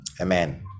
amen